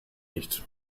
nicht